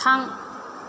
थां